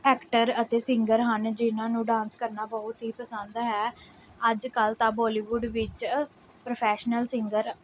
actor ਅਤੇ singer ਹਨ ਜਿਹਨਾਂ ਨੂੰ ਡਾਂਸ ਕਰਨਾ ਬਹੁਤ ਹੀ ਪਸੰਦ ਹੈ ਅੱਜ ਕੱਲ੍ਹ ਤਾਂ ਬੋਲੀਵੁੱਡ ਵਿੱਚ ਪ੍ਰੋਫੈਸ਼ਨਲ ਸਿੰਗਰ